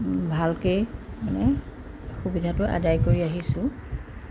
ভালকেই মানে সুবিধাতো আদায় কৰি আহিছোঁ